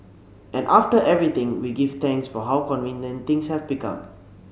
and after everything we give thanks for how convenient things have become